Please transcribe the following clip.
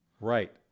Right